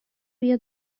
بیا